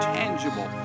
tangible